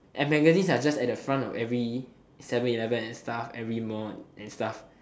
and magazine are just at the front of every seven eleven of every mall and stuff